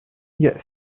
yes